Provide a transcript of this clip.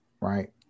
right